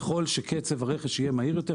ככל שקצב הרכש יהיה מהיר יותר,